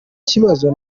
kibazo